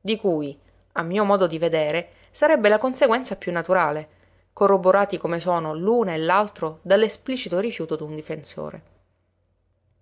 di cui a mio modo di vedere sarebbe la conseguenza più naturale corroborati come sono l'una e l'altro dall'esplicito rifiuto d'un difensore